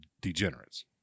degenerates